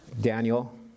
Daniel